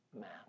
man